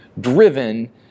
driven